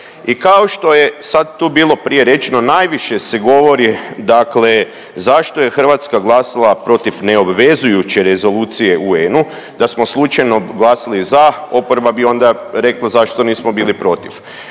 I kao što je sad tu bilo prije rečeno najviše se govori dakle zašto je Hrvatska glasala protiv neobvezujuće Rezolucije UN-u, da smo slučajno glasali za oporba bi onda rekla zašto nismo bili protiv.